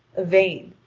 yvain,